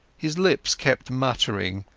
his lips kept muttering,